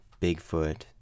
Bigfoot